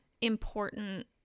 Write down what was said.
important